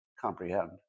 comprehend